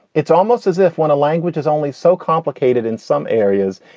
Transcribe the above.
it's almost as if when a language is only so complicated in some areas,